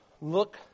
Look